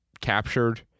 captured